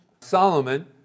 Solomon